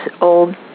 old